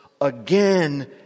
again